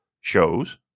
shows